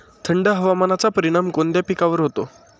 थंड हवामानाचा परिणाम कोणत्या पिकावर होतो?